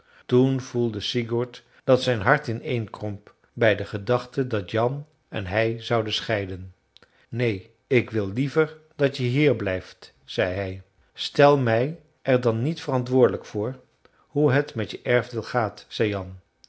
toen voelde sigurd dat zijn hart ineenkromp bij de gedachte dat jan en hij zouden scheiden neen ik wil liever dat je hier blijft zei hij stel mij er dan niet verantwoordelijk voor hoe het met je erfdeel gaat zei jan